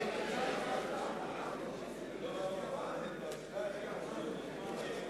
הרכב הוועדה המסדרת נתקבלה.